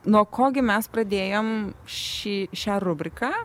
nuo ko gi mes pradėjom šį šią rubriką